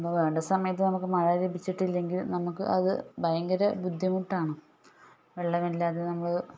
അപ്പോൾ വേണ്ട സമയത്ത് നമുക്ക് മഴ ലഭിച്ചിട്ടില്ലെങ്കിൽ നമുക്ക് അത് ഭയങ്കര ബുദ്ധിമുട്ടാണ് വെള്ളമില്ലാതെ നമ്മൾ